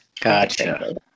Gotcha